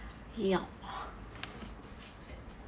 ya